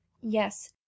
Yes